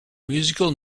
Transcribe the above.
musical